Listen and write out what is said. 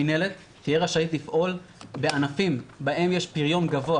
המנהלת תהיה רשאית לפעול בענפים בהם יש פריון גבוה,